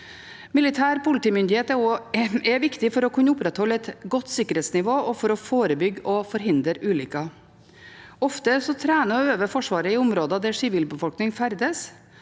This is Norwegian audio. Militær politimyndighet er viktig for å kunne opprettholde et godt sikkerhetsnivå og for å forebygge og forhindre ulykker. Ofte trener og øver Forsvaret i områder der sivilbefolkning ferdes,